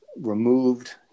removed